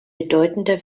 bedeutender